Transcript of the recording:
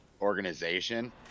organization